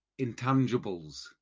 intangibles